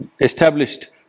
established